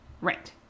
Right